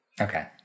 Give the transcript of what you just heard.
Okay